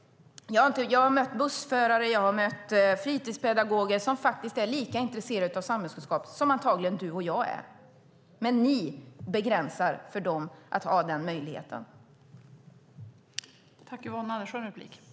Jag har mött bussförare och fritidspedagoger som faktiskt är lika intresserade av samhällskunskap som du och jag antagligen är. Men ni begränsar den möjligheten för dem.